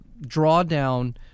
drawdown